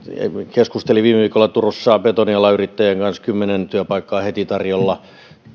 keskustelin viime viikolla turussa betonialan yrittäjän kanssa kymmenen työpaikkaa heti tarjolla